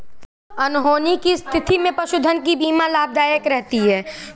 अनहोनी की स्थिति में पशुधन की बीमा लाभदायक रहती है